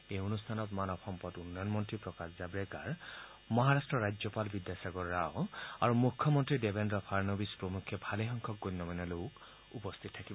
এই অনুষ্ঠানত মানৱ সম্পদ উন্নয়ন মন্নী প্ৰকাশ জাম্ৰেকাৰ মহাৰট্টৰ ৰাজ্যপাল বিদ্যাসাগৰ ৰাও আৰু মুখ্যমন্নী দেবেন্দ্ৰ ফাড়নবিছ প্ৰমুখ্যে ভালেসংখ্যক গণ্যমান্য লোক উপস্থিত থাকিব